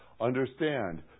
Understand